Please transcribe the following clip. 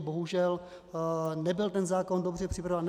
Bohužel nebyl ten zákon dobře připraven.